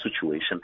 situation